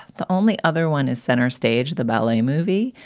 the only other one is center stage, the ballet movie.